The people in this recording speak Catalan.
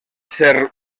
ser